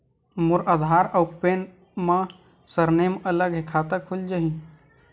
मोर आधार आऊ पैन मा सरनेम अलग हे खाता खुल जहीं?